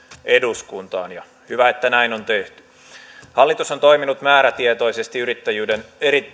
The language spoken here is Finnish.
eduskuntaan hyvä että näin on tehty hallitus on toiminut määrätietoisesti yrittäjyyden